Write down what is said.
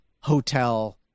hotel